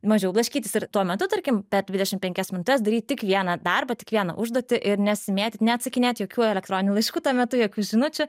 mažiau blaškytis ir tuo metu tarkim per dvidešim penkias minutes daryt tik vieną darbą tik vieną užduotį ir nesimėtyt neatsakinėt jokių elektroninių laiškų tuo metu jokių žinučių